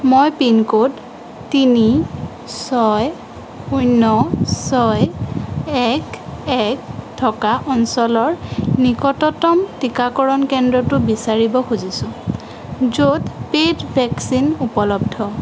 মই পিনক'ড তিনি ছয় শূন্য ছয় এক এক থকা অঞ্চলৰ নিকটতম টীকাকৰণ কেন্দ্ৰটো বিচাৰিব খুজিছো য'ত পেইড ভেকচিন উপলব্ধ